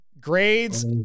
grades